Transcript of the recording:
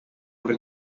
por